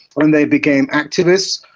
and they became activists.